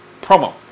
promo